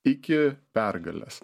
iki pergalės